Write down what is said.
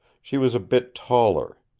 she was a bit taller.